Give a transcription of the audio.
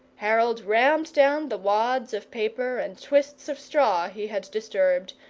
harold rammed down the wads of paper and twists of straw he had disturbed,